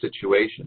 situation